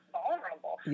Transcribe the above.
vulnerable